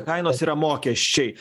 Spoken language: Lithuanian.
kainos yra mokesčiai